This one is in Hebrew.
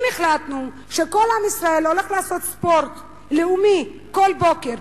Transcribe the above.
אם החלטנו שכל עם ישראל הולך לעשות ספורט לאומי כל בוקר,